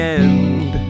end